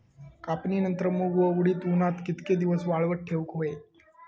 कापणीनंतर मूग व उडीद उन्हात कितके दिवस वाळवत ठेवूक व्हये?